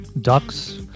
Ducks